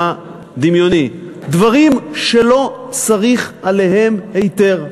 דמיוני: דברים שלא צריך לקבל היתר עליהם.